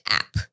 app 。